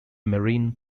marie